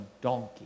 donkey